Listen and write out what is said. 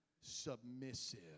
submissive